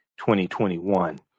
2021